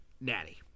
Natty